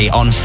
on